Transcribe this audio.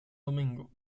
domingo